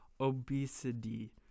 Obesity